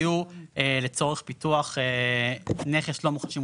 יהיו לצורך פיתוח נכס לא מוחשי מוטב,